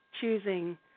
choosing